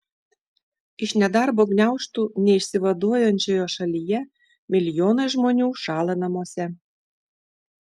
iš nedarbo gniaužtų neišsivaduojančioje šalyje milijonai žmonių šąla namuose